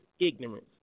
ignorance